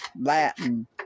Latin